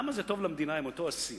למה זה טוב למדינה אם אותו אסיר,